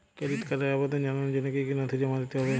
Credit কার্ডের আবেদন জানানোর জন্য কী কী নথি জমা দিতে হবে?